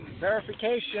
verification